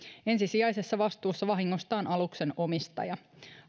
ensisijaisessa vastuussa vahingosta on aluksen omistaja